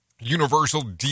Universal